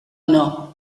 nono